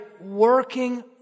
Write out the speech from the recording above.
working